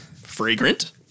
fragrant